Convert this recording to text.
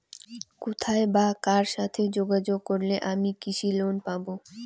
কোথায় বা কার সাথে যোগাযোগ করলে আমি কৃষি লোন পাব?